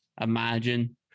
imagine